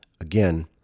Again